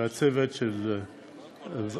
ולצוות של הוועדה.